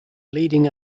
leading